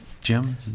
Jim